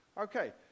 Okay